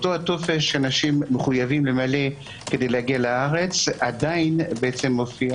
אותו טופס שאנשים מחויבים למלא כדי להגיע לארץ עדיין מופיע